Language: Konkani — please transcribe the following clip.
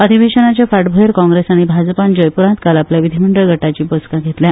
अधिवेशनाच्या फांटभूयेर काँग्रेस आनी भाजपान जयपूरान काल आपल्या विधीमंडळ गटाची बसका घेतल्या